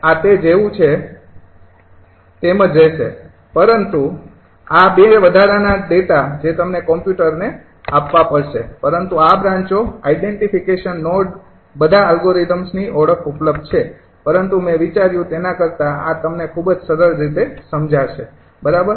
આ તે જેવું છે તેમ જ રહેશે પરંતુ આ ૨ વધારાના ડેટા જે તમને કમ્પ્યુટર ને આપવા પડશે પરંતુ આ બ્રાંચો આઈડેન્તિફિકેશન નોડ બધા અલ્ગોરિધમ્સની ઓળખ ઉપલબ્ધ છે પરંતુ મેં વિચાર્યું તેના કરતાં આ તમને ખૂબ જ સરળ રીતે સમજાશે બરાબર